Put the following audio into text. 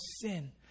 sin